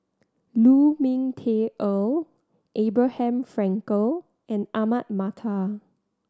Lu Ming Teh Earl Abraham Frankel and Ahmad Mattar